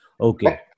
Okay